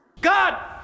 God